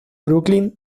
brooklyn